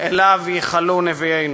שאליו ייחלו נביאינו.